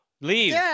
Leave